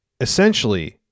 essentially